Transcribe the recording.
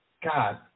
God